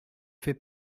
fait